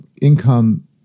income